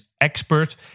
expert